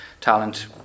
talent